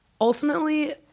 Ultimately